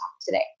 today